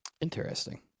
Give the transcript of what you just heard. Interesting